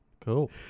Cool